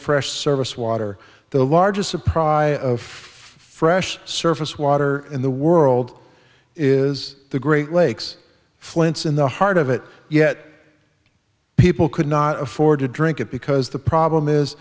fresh service water the largest surprise of fresh surface water in the world is the great lakes flints in the heart of it yet people could not afford to drink it because the problem is